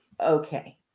Okay